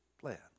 plan